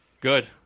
Good